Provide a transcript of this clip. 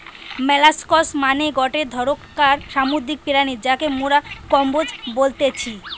molluscs মানে গটে ধরণকার সামুদ্রিক প্রাণী যাকে মোরা কম্বোজ বলতেছি